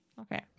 Okay